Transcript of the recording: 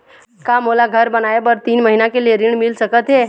का मोला घर बनाए बर तीन महीना के लिए ऋण मिल सकत हे?